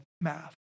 math